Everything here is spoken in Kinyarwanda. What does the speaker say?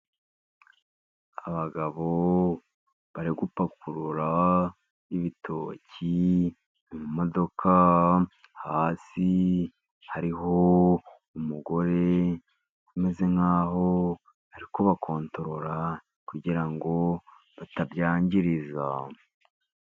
Abagabo bari gupakurura ibitoki, mu modoka hasi hariho umugore umeze nk'aho ari kubakontorora kugira ngo batabyangiriza.